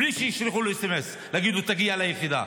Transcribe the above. בלי שישלחו לו סמ"ס להגיד לו שיגיע ליחידה.